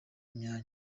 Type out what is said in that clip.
imyanya